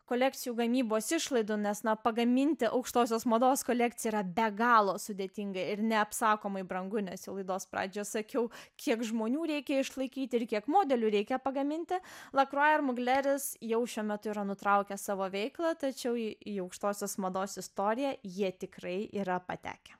kolekcijų gamybos išlaidų nes na pagaminti aukštosios mados kolekciją yra be galo sudėtinga ir neapsakomai brangu nes jau laidos pradžioje sakiau kiek žmonių reikia išlaikyti ir kiek modelių reikia pagaminti lakrua ir mugleris jau šiuo metu yra nutraukę savo veiklą tačiau į aukštosios mados istoriją jie tikrai yra patekę